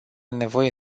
nevoie